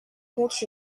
compte